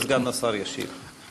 וסגן השר ישיב.